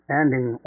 ending